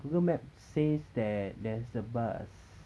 google maps says that there is a bus